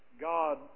God